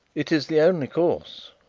it is the only course,